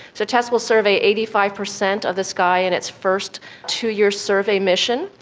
so tess will survey eighty five percent of the sky in its first two-year survey mission.